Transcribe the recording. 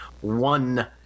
one